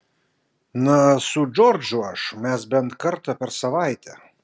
na su džordžu aš mes bent kartą per savaitę